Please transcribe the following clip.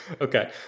Okay